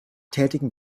tätigen